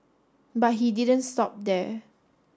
but he didn't stop there